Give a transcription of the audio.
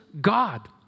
God